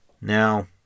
Now